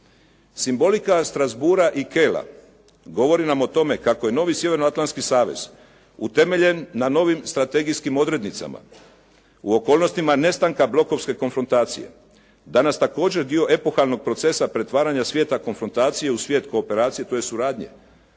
Simbolika Strasbourga i Kehla govori nam o tome kako je novi Sjevernoatlantski savez utemeljen na novim strategijskim odrednicama u okolnostima nestanka blokovske konfrontacije, danas također dio epohalnog procesa pretvaranja svijeta konfrontacije u svijet kooperacije, tj. suradnje.